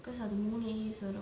because மூணு:moonu A_Us வரும்:varum